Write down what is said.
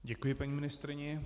Děkuji paní ministryni.